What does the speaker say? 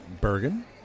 Bergen